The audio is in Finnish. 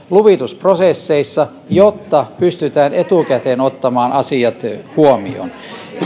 luvitusprosesseissa jotta pystytään etukäteen ottamaan asiat huomioon